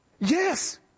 Yes